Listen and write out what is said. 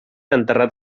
enterrat